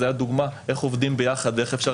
זו הייתה דוגמה איך עובדים ביחד ואיך אפשר